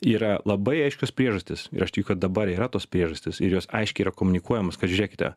yra labai aiškios priežastys ir aš tikiu kad dabar yra tos priežastys ir jos aiškiai yra komunikuojamos kad žiūrėkite